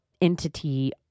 entity